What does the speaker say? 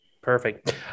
Perfect